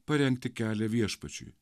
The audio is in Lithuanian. parengti kelią viešpačiui